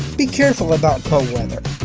be careful about cold weather.